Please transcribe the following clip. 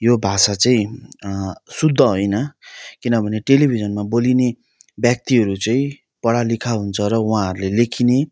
यो भाषा चाहिँ शुद्ध होइन किनभने टेलिभिजनमा बोलिने व्यक्तिहरू चाहिँ पढ लेख हुन्छ र उहाँहरूले लेखिने